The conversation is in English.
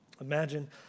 Imagine